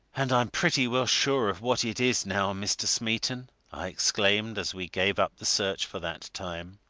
and i'm pretty well sure of what it is, now, mr. smeaton! i exclaimed as we gave up the search for that time.